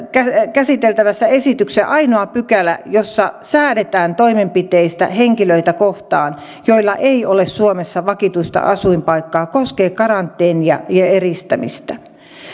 käsiteltävässä esityksessä ainoa pykälä jossa säädetään toimenpiteistä henkilöitä kohtaan joilla ei ole suomessa vakituista asuinpaikkaa koskee karanteenia ja eristämistä